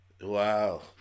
Wow